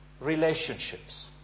relationships